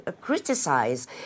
criticize